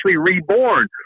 reborn